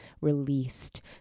released